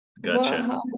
Gotcha